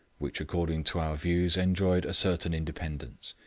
which according to our views enjoyed a certain independence.